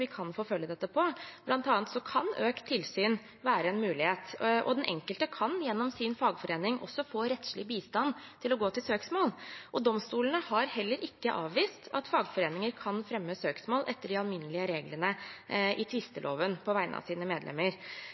vi kan forfølge dette på, bl.a. kan økt tilsyn være en mulighet, og den enkelte kan gjennom sin fagforening også få rettslig bistand til å gå til søksmål. Domstolene har heller ikke avvist at fagforeninger kan fremme søksmål etter de alminnelige reglene i tvisteloven på vegne av sine medlemmer.